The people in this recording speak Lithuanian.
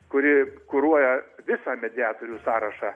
kuri kuruoja visą mediatorių sąrašą